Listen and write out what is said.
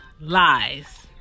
Lies